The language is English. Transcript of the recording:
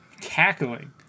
Cackling